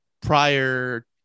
prior